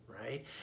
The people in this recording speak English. right